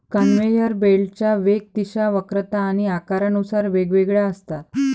conveyor बेल्टच्या वेग, दिशा, वक्रता आणि आकारानुसार वेगवेगळ्या असतात